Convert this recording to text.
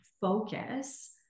focus